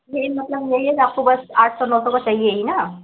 यह मतलब यही है आपको बेस्ट आठ सौ नौ सौ सही तक सही है ना